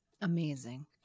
Amazing